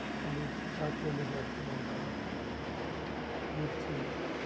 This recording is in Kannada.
ಅಲ್ಲಿ ಜಾತ್ರೆಯಲ್ಲಿ ಜಾಸ್ತಿ ಮಂಡಳ ಮಿರ್ಚಿ